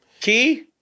Key